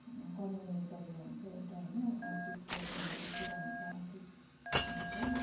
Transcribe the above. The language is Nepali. कमाउने जरिया हुन्छ एउटा होइन आर्थिक स्रोत उनीहरूको पुरा हुन्छ आर्थिक उनीहरूको